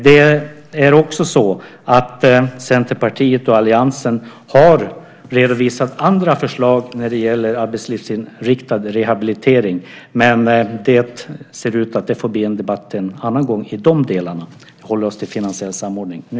Det är också så att Centerpartiet och alliansen har redovisat andra förslag när det gäller arbetslivsinriktad rehabilitering. Men det ser ut som att det får bli en debatt en annan gång om de delarna. Vi håller oss till finansiell samordning nu.